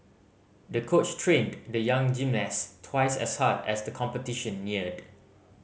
the coach trained the young gymnast twice as hard as the competition neared